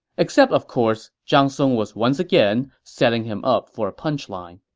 except of course, zhang song was once again setting him up for a punch line